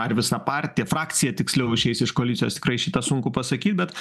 ar visa partija frakcija tiksliau išeis iš koalicijos tikrai šitą sunku pasakyt bet